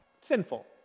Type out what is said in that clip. sinful